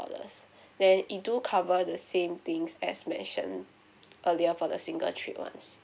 ~ollars then it do cover the same things as mentioned earlier for the single trip one